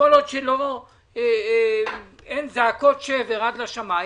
כל עוד אין זעקות שבר עד לשמיים